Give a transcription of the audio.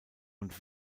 und